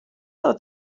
oedd